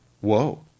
Whoa